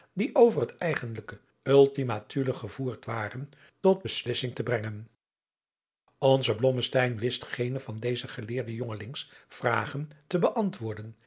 die over het eigenlijke ultima thule gevoerd waren tot beslissing te brengen onze blommesteyn wist geene van des geleerden jongelings vragen te beantwoorden